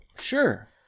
Sure